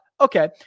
Okay